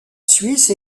suisse